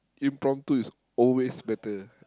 impromptu is always better